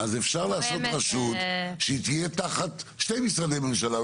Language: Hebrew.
--- אז אפשר לעשות רשות שהיא תהיה אחת שני משרדי ממשלה,